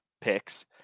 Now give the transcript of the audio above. picks